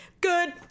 good